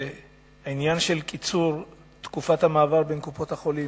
קיצור תקופת המעבר בין קופות-החולים,